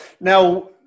Now